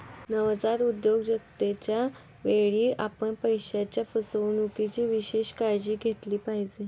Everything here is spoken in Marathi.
नवजात उद्योजकतेच्या वेळी, आपण पैशाच्या फसवणुकीची विशेष काळजी घेतली पाहिजे